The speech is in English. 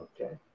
Okay